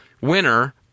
winner